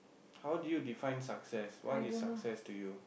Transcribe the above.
how do you define success what is success to you